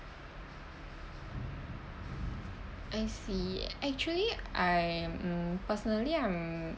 I see actually I mm personally I'm